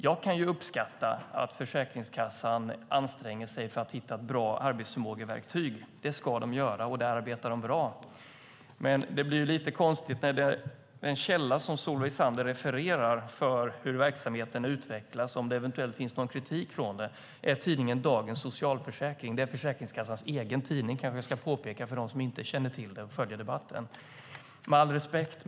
Jag kan uppskatta att Försäkringskassan anstränger sig för att hitta ett bra arbetsförmågeverktyg. Det ska de göra, och där arbetar de bra. Men det blir lite konstigt när den källa som Solveig Zander refererar i fråga om hur verksamheten utvecklas, och om det eventuellt finns någon kritik, är tidningen Dagens Socialförsäkring. Det är Försäkringskassans egen tidning, kanske jag ska påpeka för dem som inte känner till det och följer debatten - med all respekt.